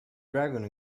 dragon